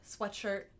sweatshirt